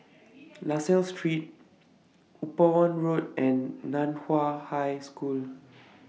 La Salle Street Upavon Road and NAN Hua High School